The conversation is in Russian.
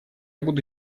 буду